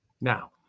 now